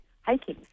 Hiking